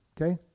okay